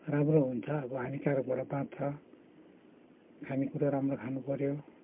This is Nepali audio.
राम्रो हुन्छ अब हानिकारकबाट बाँच्छ खानेकुरा राम्रो खानुपऱ्यो